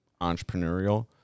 entrepreneurial